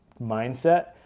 mindset